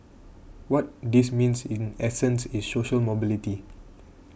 what this means in essence is social mobility